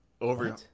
Over